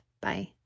Bye